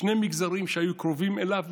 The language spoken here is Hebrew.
שני מגזרים שהיו קרובים מאוד לליבו,